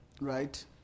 right